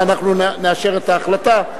אנחנו נאשר את ההחלטה,